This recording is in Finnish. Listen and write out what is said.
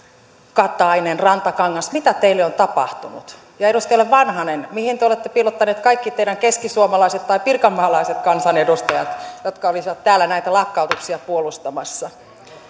katainen ja rantakangas mitä teille on tapahtunut ja edustajalle vanhanen mihin te olette piilottaneet kaikki teidän keskisuomalaiset tai pirkanmaalaiset kansanedustajanne jotka olisivat täällä näitä lakkautuksia puolustamassa